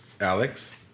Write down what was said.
Alex